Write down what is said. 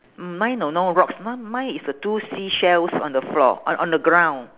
mm mine got no rocks no mine is the two seashells on the floor on on the ground